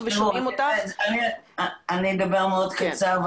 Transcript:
אני אדבר מאוד קצר.